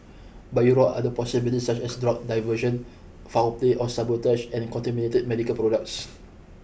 but it ruled out other possibilities such as drug diversion foul play or sabotage and contaminated medical products